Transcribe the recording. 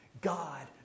God